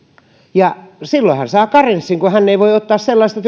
ja silloin hän saa karenssin kun hän ei voi ottaa vastaan sellaista